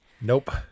Nope